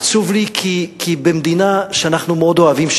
עצוב לי כי במדינה שאנחנו מאוד אוהבים,